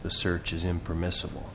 the searches impermissible